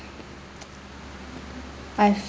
I've